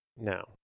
No